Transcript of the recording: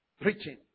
preaching